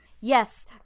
Yes